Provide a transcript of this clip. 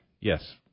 Yes